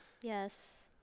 yes